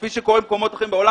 כפי שקורה במקומות אחרים בעולם,